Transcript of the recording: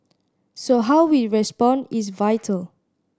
so how we respond is vital